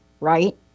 right